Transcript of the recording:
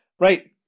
Right